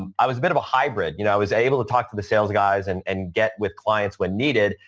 um i was a bit of a hybrid. you know, i was able to talk to the sales guys and and get with clients when needed.